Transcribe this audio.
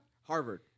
Harvard